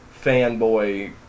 fanboy